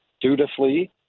dutifully